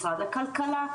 משרד הכלכלה.